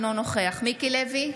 נגד מיקי לוי,